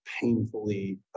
painfully